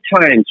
times